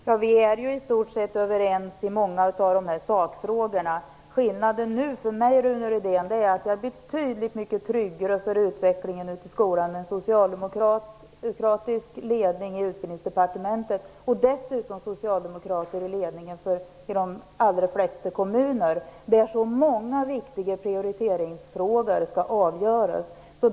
Herr talman! Vi är i stort sett överens i många av sakfrågorna. Skillnaden för mig, Rune Rydén, är att jag nu är betydligt mycket tryggare när det gäller utvecklingen i skolan med en socialdemokratisk ledning i Utbildningsdepartementet och dessutom med socialdemokrater i ledningen för de allra flesta kommuner, där så många viktiga prioriteringsfrågor skall avgöras.